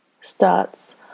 starts